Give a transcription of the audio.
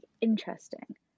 interesting